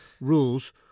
Rules